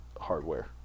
hardware